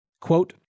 Quote